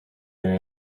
been